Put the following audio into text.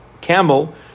camel